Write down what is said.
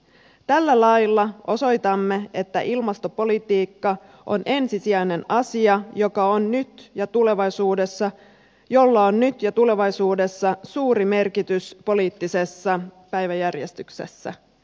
tällä lailla osoitamme että ilmastopolitiikka on ensisijainen asia joka on nyt ja tulevaisuudessa jolla on nyt ja tulevaisuudessa suuri merkitys poliittisessa päiväjärjestyksessä